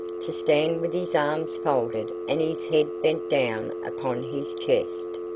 to stand with his arms folded and his head bent down upon his chest.